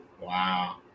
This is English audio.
Wow